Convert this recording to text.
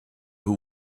who